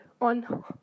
on